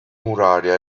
muraria